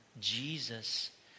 Jesus